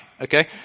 Okay